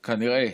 כנראה,